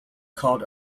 called